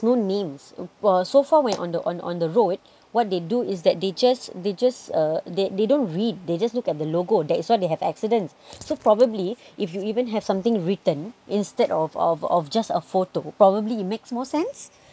no names well so far when on the on on the road what they do is that they just they just uh they they don't read they just look at the logo that is why they have accidents so probably if you even have something written instead of of of just a photo probably it makes more sense